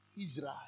Israel